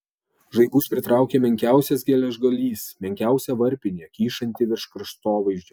žaibus pritraukia menkiausias geležgalys menkiausia varpinė kyšanti virš kraštovaizdžio